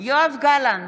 יואב גלנט,